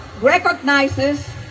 recognizes